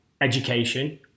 education